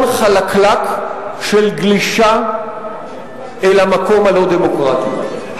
חלקלק של גלישה אל המקום הלא-דמוקרטי.